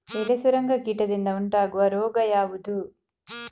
ಎಲೆ ಸುರಂಗ ಕೀಟದಿಂದ ಉಂಟಾಗುವ ರೋಗ ಯಾವುದು?